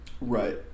Right